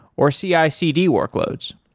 or cicd workloads